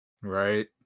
Right